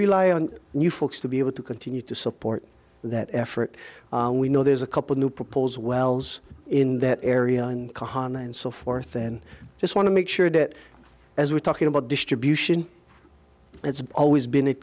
rely on new folks to be able to continue to support that effort and we know there's a couple new propose wells in that area and kohan and so forth and just want to make sure that as we're talking about distribution it's always been